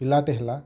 ପିଲାଟେ ହେଲା